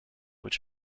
which